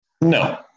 no